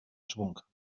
schwung